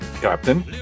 Captain